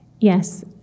Yes